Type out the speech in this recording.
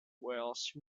welsh